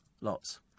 lots